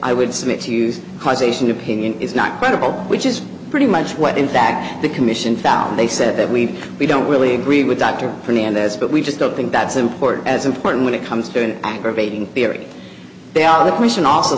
i would submit to use causation opinion is not credible which is pretty much what in fact the commission found they said that we we don't really agree with dr fernandez but we just don't think that's important as important when it comes to an aggravating theory they are the commission also